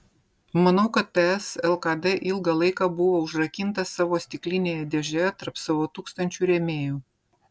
manau kad ts lkd ilgą laiką buvo užrakinta savo stiklinėje dėžėje tarp savo tūkstančių rėmėjų